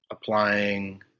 applying